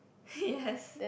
yes